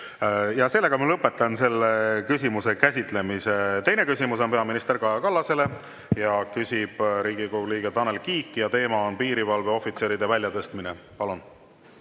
küsida. Lõpetan selle küsimuse käsitlemise. Teine küsimus on peaminister Kaja Kallasele, küsib Riigikogu liige Tanel Kiik ja teema on piirivalveohvitseride väljatõstmine. Palun!